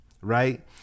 right